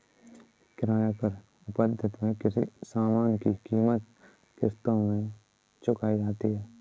किराया क्रय पद्धति में किसी सामान की कीमत किश्तों में चुकाई जाती है